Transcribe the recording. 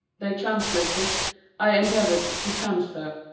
they translated i endeavoured to transfer.